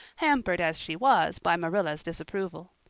hampered as she was by marilla's disapproval.